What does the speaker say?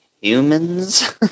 Humans